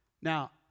Now